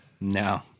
No